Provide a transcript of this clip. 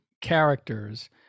characters